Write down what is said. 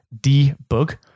debug